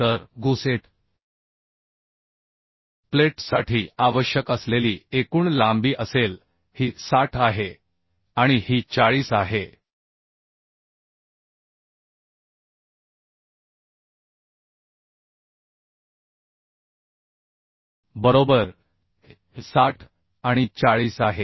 तर गुसेट प्लेटसाठी आवश्यक असलेली एकूण लांबी असेल ही 60 आहे आणि ही 40 आहे बरोबर हे 60 आणि 40 आहे